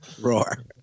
Roar